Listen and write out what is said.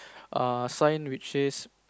err sign which says